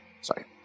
Sorry